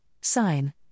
sign